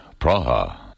Praha